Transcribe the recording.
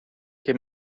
che